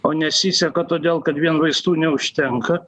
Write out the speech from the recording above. o nesiseka todėl kad vien vaistų neužtenka